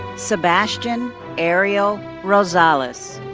sebastian ariel rosales. ah ah so